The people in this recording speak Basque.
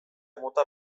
mota